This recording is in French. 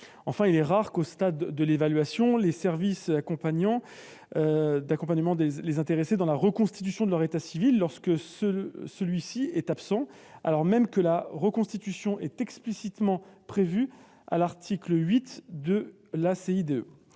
Enfin, il est rare qu'au stade de l'évaluation, les services qui en sont chargés accompagnent les intéressés dans la reconstitution de leur état civil lorsque celui-ci est absent, alors même que cette reconstitution est explicitement prévue à l'article 8 de la CIDE.